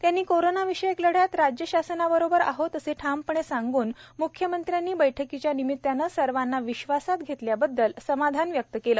त्यांनी कोरोना विषयक लढ्यात राज्य शासनाबरोबर आहोत असे ठामपणे सांगून मुख्यमंत्र्यांनी बैठकीच्या निमित्ताने सर्वांना विश्वासात घेतल्याबद्दल समाधान व्यक्त केलं